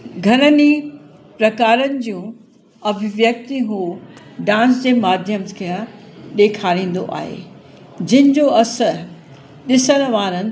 घणनि ई प्रकारन जूं अभिव्यक्तियूं डांस जे माध्यम सां ॾेखारींदो आहे जिन जो असर ॾिसण वारनि